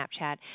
Snapchat